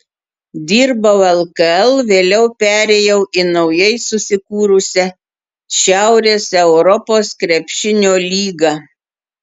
dirbau lkl vėliau perėjau į naujai susikūrusią šiaurės europos krepšinio lygą